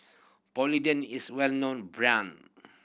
Polident is well known brand